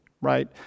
right